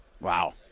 Wow